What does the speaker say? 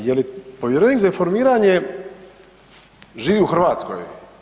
A je li povjerenik za informiranje živi u Hrvatskoj?